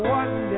one